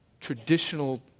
traditional